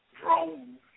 drones